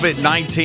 COVID-19